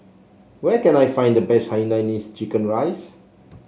where can I find the best Hainanese Chicken Rice